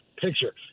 picture